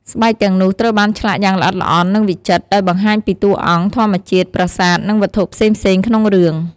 ស្បែកទាំងនោះត្រូវបានឆ្លាក់យ៉ាងល្អិតល្អន់ និងវិចិត្រ ដោយបង្ហាញពីតួអង្គ ធម្មជាតិ ប្រាសាទ និងវត្ថុផ្សេងៗក្នុងរឿង។